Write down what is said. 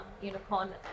unicorn